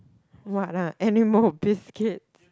what ah animal biscuits